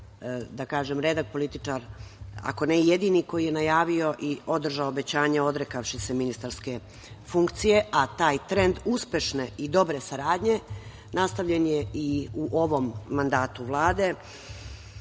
on je redak političar, ako ne i jedini, koji je najavio i održao obećanje odrekavši se ministarske funkcije, a taj trend uspešne i dobre saradnje nastavljen je i u ovom mandatu Vlade,